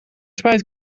spijt